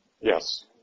Yes